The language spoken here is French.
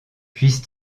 puisse